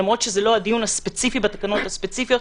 למרות שזה לא הדיון הספציפי בתקנות הספציפיות,